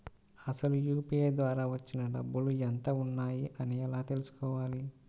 అసలు యూ.పీ.ఐ ద్వార వచ్చిన డబ్బులు ఎంత వున్నాయి అని ఎలా తెలుసుకోవాలి?